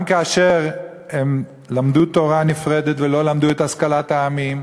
גם כאשר הם למדו תורה נפרדת ולא למדו את השכלת העמים,